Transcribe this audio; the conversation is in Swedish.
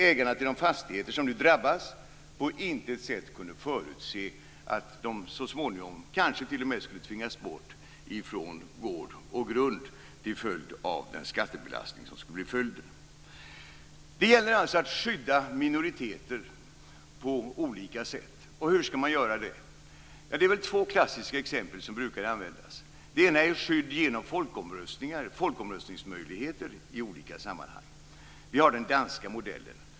Ägarna till de fastigheter som nu drabbas kunde på intet sätt förutse att de så småningom kanske t.o.m. skulle tvingas bort från gård och grund till följd av denna skattebelastning. Det gäller alltså att skydda minoriteter på olika sätt. Hur skall man göra det? Det finns två klassiska exempel som brukar användas. Det ena är skydd genom folkomröstningar, dvs. möjligheter till folkomröstningar i olika sammanhang. Vi har den danska modellen.